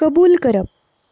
कबूल करप